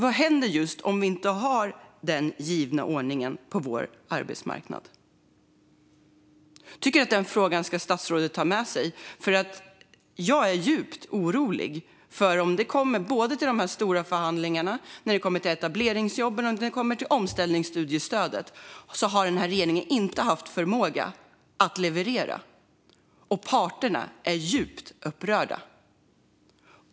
Vad händer om vi inte har den givna ordningen på vår arbetsmarknad? Jag tycker att statsrådet ska ta med sig den frågan. Jag är djupt orolig. När det gäller de stora förhandlingarna om etableringsjobben och omställningsstudiestödet har den här regeringen inte haft förmåga att leverera. Parterna är djupt upprörda.